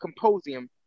Composium